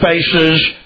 spaces